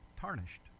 tarnished